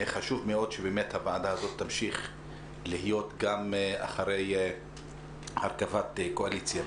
חשוב מאוד שבאמת הוועדה הזאת תמשיך להיות גם אחרי הרכבת קואליציה.